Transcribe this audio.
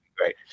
great